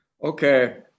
Okay